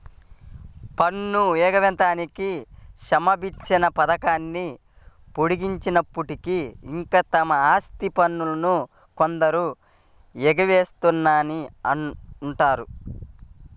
పన్ను ఎగవేతకి క్షమాభిక్ష పథకాన్ని పొడిగించినప్పటికీ, ఇంకా తమ ఆస్తి పన్నును కొందరు ఎగవేస్తూనే ఉన్నారు